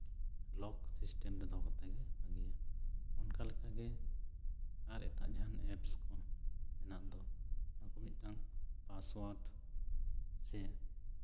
ᱞᱚᱠ system ᱨᱮ ᱫᱚᱦᱚ ᱠᱟᱛᱮ ᱜᱮ ᱵᱷᱟᱜᱮᱭᱟ ᱚᱱᱠᱟ ᱞᱮᱠᱟᱜᱮ ᱟᱨ ᱮᱴᱟᱜ ᱡᱟᱦᱟᱱ ᱮᱯᱥ ᱠᱚ ᱢᱮᱱᱟᱜ ᱫᱚ ᱱᱚᱣᱟ ᱠᱚ ᱢᱤᱫᱴᱟᱝ ᱯᱟᱥᱣᱟᱨᱰ ᱥᱮ